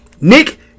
Nick